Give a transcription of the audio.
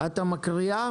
את מקריאה?